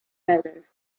better